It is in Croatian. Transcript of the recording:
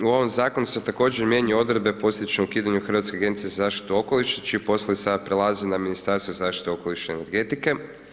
U ovom zakonu se također mijenja odredbe posljedičnog ukidanja Hrvatske agencije za zaštitu okoliša čiji poslovi sad prelaze na Ministarstvo zaštite okoliša i energetike.